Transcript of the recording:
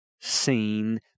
seen